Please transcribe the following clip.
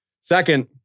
Second